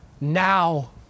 now